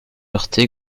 heurté